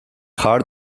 hard